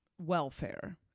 welfare